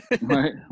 Right